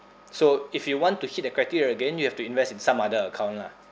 so if you want to hit the criteria again you have to invest in some other account lah